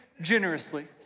generously